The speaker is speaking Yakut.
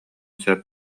сөп